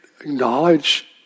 acknowledge